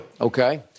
Okay